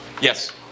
Yes